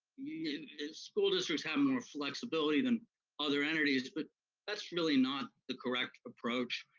and and school districts have more flexibility than other entities, but that's really not the correct approach,